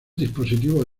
dispositivos